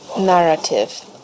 narrative